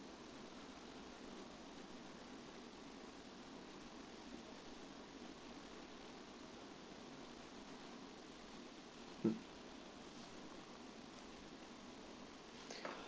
um